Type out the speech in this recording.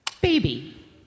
baby